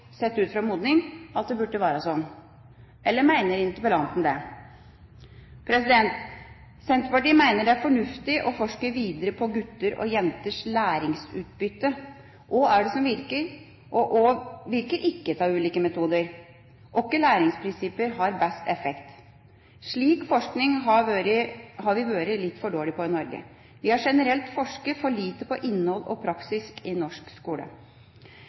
sett ut fra modning at det burde være sånn. Eller mener interpellanten det? Senterpartiet mener det er fornuftig å forske videre på gutters og jenters læringsutbytte. Hva virker, og hva virker ikke av de ulike metodene? Hvilke læringsprinsipper har best effekt? Slik forskning har vi vært litt for dårlige på i Norge. Vi har generelt forsket for lite på innhold og praksis i norsk skole.